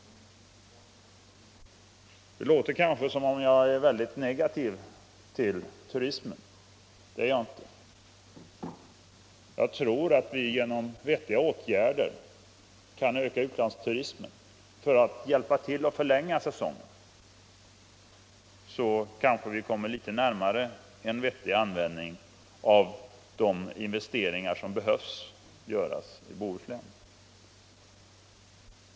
Det låter kanske som om jag är väldigt negativ till turismen. Det är jag inte. Om vi genom vettiga åtgärder kan öka antalet utländska turister för att hjälpa till att förlänga säsongen, kanske vi kommer litet närmare en vettig användning av de investeringar som behöver göras i Bohuslän.